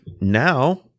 now